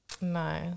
No